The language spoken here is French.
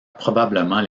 probablement